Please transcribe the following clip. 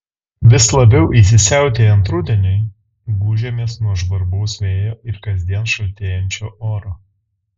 vis labiau įsisiautėjant rudeniui gūžiamės nuo žvarbaus vėjo ir kasdien šaltėjančio oro